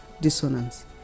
dissonance